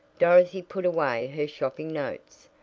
dorothy put away her shopping notes,